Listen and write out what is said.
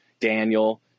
Daniel